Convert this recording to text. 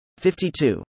52